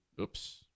Oops